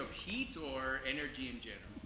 or energy in general?